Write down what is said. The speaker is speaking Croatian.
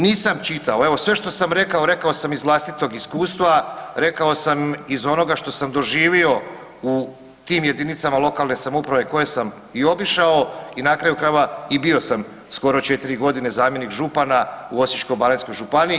Nisam čitao, evo sve što sam rekao, rekao sam iz vlastitog iskustva, rekao sam iz onoga što sam doživio u tim jedinicama lokalne samouprave koje sam i obišao i na kraju krajeva i bio sam skoro četiri godine zamjenik župana u Osječko-baranjskoj županiji.